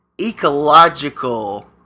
ecological